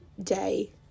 day